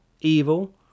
evil